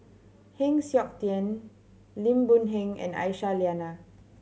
Heng Siok Tian Lim Boon Heng and Aisyah Lyana